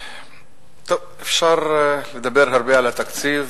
אפשר לדבר הרבה על התקציב